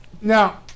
Now